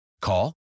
Call